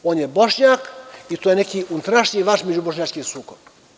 On je Bošnjak i to je neki unutrašnji vaš međubošnjački sukob.